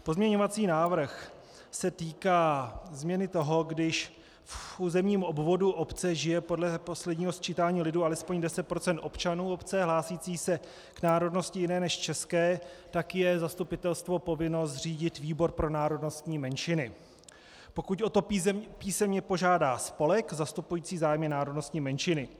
Pozměňovací návrh se týká změny toho, když v územním obvodu obce žije podle posledního sčítání lidu alespoň 10 % občanů obce hlásících se k národnosti jiné než české, tak je zastupitelstvo povinno zřídit výbor pro národnostní menšiny, pokud o to písemně požádá spolek zastupující zájmy národnostní menšiny.